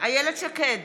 איילת שקד,